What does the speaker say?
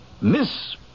Miss